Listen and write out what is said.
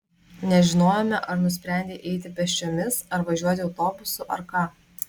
nežinojome ar nusprendei eiti pėsčiomis ar važiuoti autobusu ar ką